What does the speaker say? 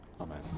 Amen